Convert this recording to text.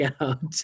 out